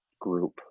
group